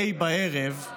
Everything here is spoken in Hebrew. אי בערב,